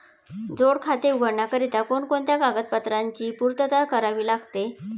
जोड खाते उघडण्याकरिता कोणकोणत्या कागदपत्रांची पूर्तता करावी लागते?